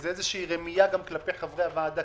זה איזושהי רמייה גם כלפי חברי הוועדה,